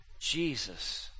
Jesus